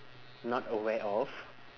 not aware of